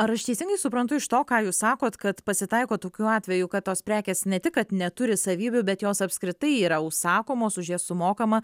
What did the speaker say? ar aš teisingai suprantu iš to ką jūs sakot kad pasitaiko tokių atvejų kad tos prekės ne tik kad neturi savybių bet jos apskritai yra užsakomos už jas sumokama